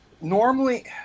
normally